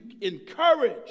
encourage